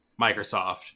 Microsoft